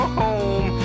home